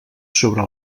sobre